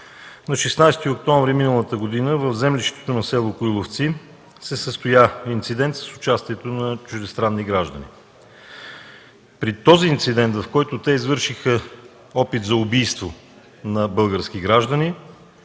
На 16 октомври миналата година в землището на село Коиловци се състоя инцидент с участието на чуждестранни граждани. При този инцидент, в който те извършиха опит за убийство на български граждани,